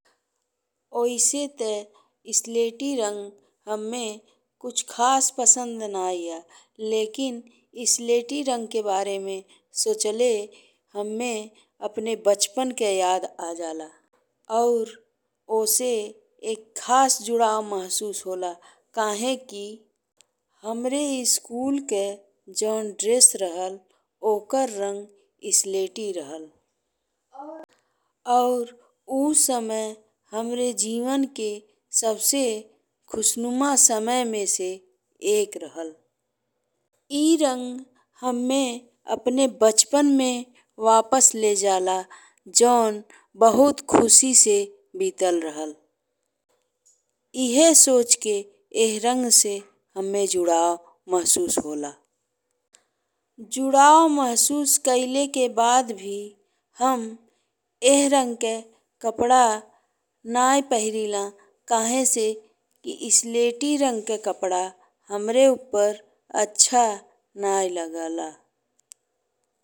ओइसे ते स्लेटी रंग हम्मे कुछ खास पसंद नहीं है लेकिन स्लेटी रंग के बारे में सोचले हम्मे अपने बचपन के याद आ जाला और ओसे एक खास जुड़ाव महसूस होला, काहे कि हमरे स्कूल के जौन ड्रेस रहल। ओकर रंग स्लेटी रहल और ऊ समय हरे जीवन के सबसे खूबसूरत समय में से एक रहल। ए रंग हम्मे अपने बचपन में वापस ले जाला जौन बहुत खुशी से बीताल रहल। एहे सोच के एह रंग से हम्मे जुड़ाव महसूस होला। जुड़ाव महसूस कईले के बाद भी हम एह रंग के कपड़ा नहीं पहिरिला काहे से स्लेटी रंग के कपड़ा हमरे उप्पर अच्छा नहीं लगला।